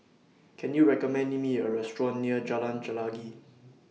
Can YOU recommend Me A Restaurant near Jalan Chelagi